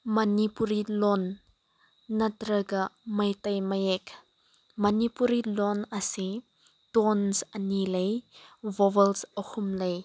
ꯃꯅꯤꯄꯨꯔꯤ ꯂꯣꯟ ꯅꯠꯇ꯭ꯔꯒ ꯃꯩꯇꯩ ꯃꯌꯦꯛ ꯃꯅꯤꯄꯨꯔꯤ ꯂꯣꯟ ꯑꯁꯤ ꯇꯣꯟꯁ ꯑꯅꯤ ꯂꯩ ꯕꯕꯜꯁ ꯑꯍꯨꯝ ꯂꯩ